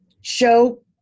show